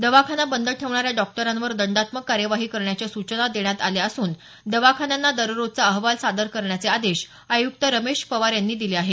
दवाखाना बंद ठेवणाऱ्या डॉक्टरांवर दंडात्मक कार्यवाही करण्याच्या सूचना देण्यात आल्या असून दवाखान्यांचा दररोजचा अहवाल सादर करण्याचे आदेश आय़क्त रमेश पवार यांनी दिले आहेत